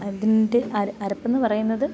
അതെൻ്റെ അരപ്പെന്ന് പറയുന്നത്